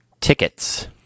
Tickets